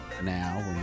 Now